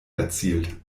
erzielt